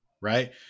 right